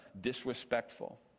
disrespectful